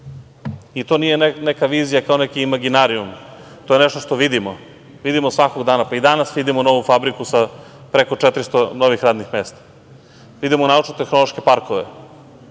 To nije neka vizija kao neki imaginarijum, to je nešto što vidimo. Vidimo svakog dana. Pa i danas vidimo novu fabriku sa preko 400 novih radnih mesta. Vidimo nove naučno-tehnolške parkove.